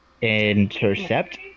Intercept